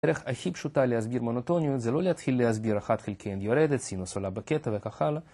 הדרך הכי פשוטה להסביר מונוטוניות זה לא להתחיל להסביר אחת חלקי N יורדת, סינוס עולה בקטע וכך הלאה